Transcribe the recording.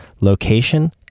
location